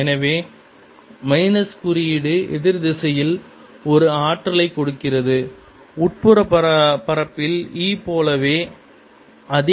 எனவே மைனஸ் குறியீடு எதிர்திசையில் ஒரு ஆற்றலை கொடுக்கிறது உட்புற பரப்பில் E போலவே அதே திசையில் இருப்பீர்கள்